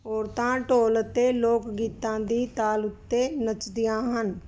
ਔਰਤਾਂ ਢੋਲ ਅਤੇ ਲੋਕ ਗੀਤਾਂ ਦੀ ਤਾਲ ਉੱਤੇ ਨੱਚਦੀਆਂ ਹਨ